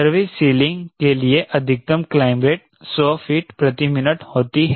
service ceiling के लिए अधिकतम क्लाइंब रेट सौ फीट प्रति मिनट होती है